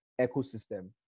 ecosystem